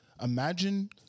Imagine